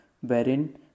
wherein